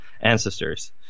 ancestors